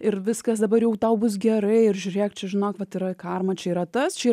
ir viskas dabar jau tau bus gerai ir žiūrėk čia žinok vat yra karma čia yra tas čia yra